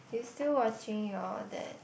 is still watching your that